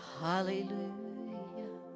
hallelujah